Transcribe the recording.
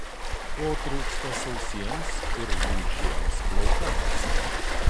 ko trūksta sausiems ir lūžiems plaukams